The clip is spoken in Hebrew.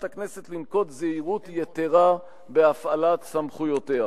הכנסת לנקוט זהירות יתירה בהפעלת סמכויותיה.